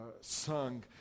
sung